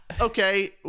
Okay